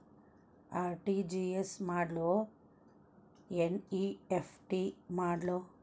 RTGS ಮಾಡ್ಲೊ NEFT ಮಾಡ್ಲೊ?